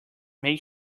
make